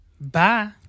Bye